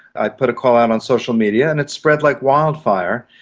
i put a call out on social media and it spread like wildfire.